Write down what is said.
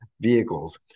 vehicles